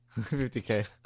50K